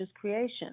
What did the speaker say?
creation